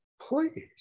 please